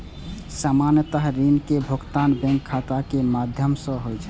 सामान्यतः ऋण के भुगतान बैंक खाता के माध्यम सं होइ छै